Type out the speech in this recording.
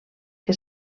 que